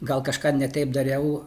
gal kažką ne taip dariau